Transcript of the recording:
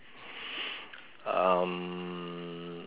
um